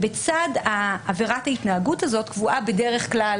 בצד עבירת ההתנהגות הזאת קבועה בדרך כלל